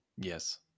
Yes